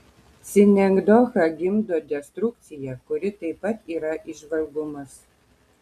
sinekdocha gimdo destrukciją kuri taip pat yra įžvalgumas